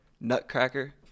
nutcracker